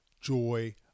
Joy